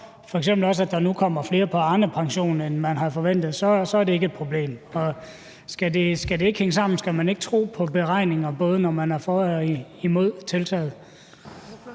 at der nu kommer flere på Arnepension, end man havde forventet – så ikke er et problem. Skal det ikke hænge sammen? Skal man ikke tro på beregningerne, hvad enten man er for eller imod tiltaget?